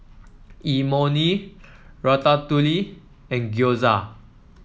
Imoni Ratatouille and Gyoza